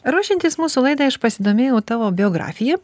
ruošiantis mūsų laidai aš pasidomėjau tavo biografija